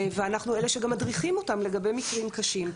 ואנחנו גם אלה שמדריכים אותם לגבי מקרים קשים.